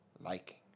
liking